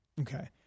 Okay